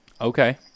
Okay